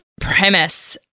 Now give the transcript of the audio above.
premise